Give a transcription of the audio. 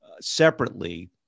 separately